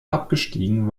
abgestiegen